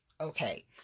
okay